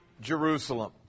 Jerusalem